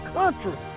country